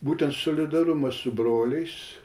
būtent solidarumas su broliais